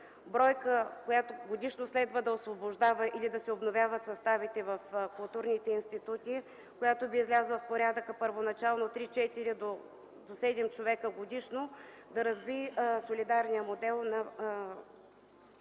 бройка, с която годишно следва да освобождават или да се обновяват съставите в културните институти, която би излязла в порядъка първоначално 3-4 до 7 човека годишно, ще се разбие солидарният модел на съответното